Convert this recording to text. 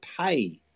pay